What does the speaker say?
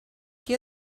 què